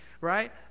right